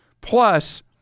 plus